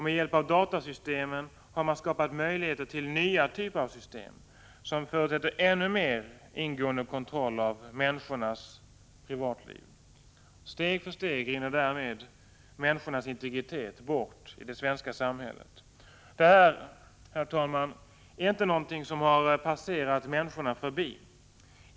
Med hjälp av datasystemen har man skapat möjlighet till nya typer av system, som förutsätter en ännu mer ingående kontroll av människornas privatliv. Steg för steg rinner därmed människornas integritet bort i det svenska samhället. Detta är, herr talman, inte någonting som har passerat människorna förbi.